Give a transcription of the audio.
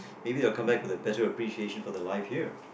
maybe they'll come back with a better appreciation for the life here